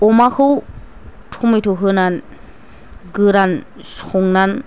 अमाखौ टमेट' होनानै गोरान संनानै